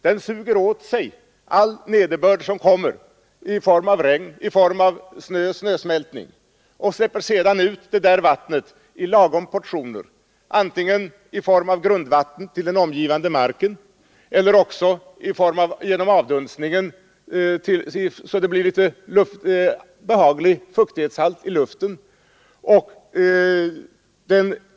Den suger år sig all nederbörd som kommer i form av regn, snö och snösmältning. Den släpper sedan ut vattnet i lagom portioner, antingen i form av grundvatten till den omgivande marken eller också genom avdunstningen, så att det blir en behaglig fuktighetshalt i luften.